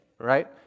Right